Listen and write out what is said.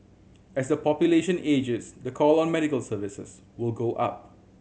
as the population ages the call on medical services will go up